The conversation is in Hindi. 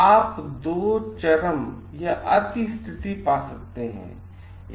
तो आप 2 चरम अति स्थिति पा सकते हैं